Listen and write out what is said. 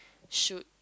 should